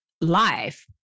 life